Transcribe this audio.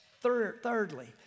Thirdly